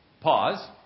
Pause